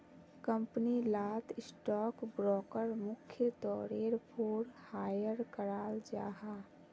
company लात stock broker मुख्य तौरेर पोर हायर कराल जाहा